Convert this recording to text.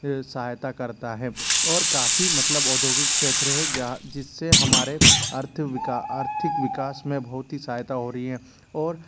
सहायता करता है और काफ़ी मतलब औद्योगिक क्षेत्र है जहाँ जिससे हमारे आर्थिक विकास में बहुत ही सहायता हो रही है और